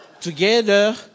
Together